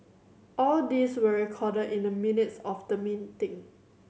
all these were recorded in the minutes of the meeting